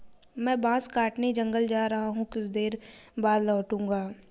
मैं बांस काटने जंगल जा रहा हूं, कुछ देर बाद लौटूंगा